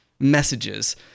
messages